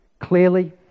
Clearly